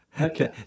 okay